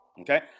okay